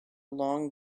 long